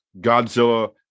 godzilla